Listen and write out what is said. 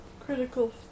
Critical